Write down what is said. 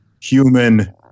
human